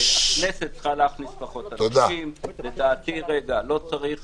הכנסת צריכה להכניס פחות אנשים, ולדוגמה, לא צריך